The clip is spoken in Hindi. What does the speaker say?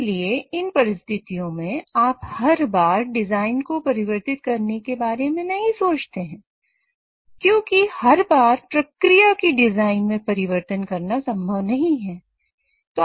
इसलिए इन परिस्थितियों में आप हर बार डिजाइन को परिवर्तित करने के बारे में नहीं सोचते हैं क्योंकि हर बार प्रक्रिया की डिजाइन में परिवर्तन करना संभव नहीं है